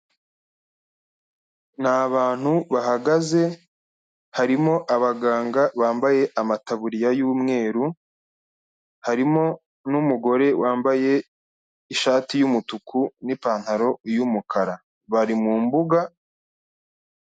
Ni abantu bahagaze, harimo abaganga bambaye amataburiya y'umweru, harimo n'umugore wambaye ishati y'umutuku n'ipantaro y'umukara, bari mu mbuga.